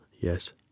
Yes